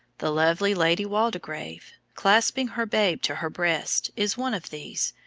the lovely lady waldegrave, clasping her babe to her breast, is one of these,